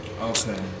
Okay